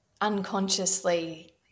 unconsciously